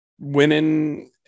winning